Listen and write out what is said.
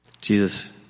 Jesus